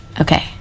okay